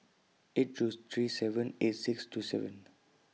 eight two three seven eight six two seven